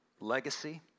legacy